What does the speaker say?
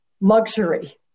luxury